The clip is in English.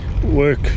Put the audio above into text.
work